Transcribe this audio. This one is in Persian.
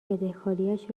بدهکاریش